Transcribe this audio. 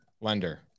lender